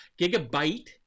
Gigabyte